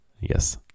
yes